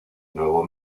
nuevo